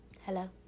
Hello